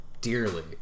dearly